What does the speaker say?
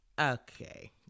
Okay